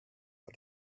are